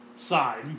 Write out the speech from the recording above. Side